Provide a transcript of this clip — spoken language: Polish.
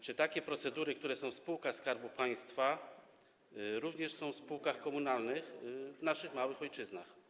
Czy takie procedury, które są w spółkach Skarbu Państwa, również są w spółkach komunalnych w naszych małych ojczyznach?